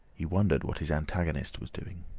he wondered what his antagonist was doing.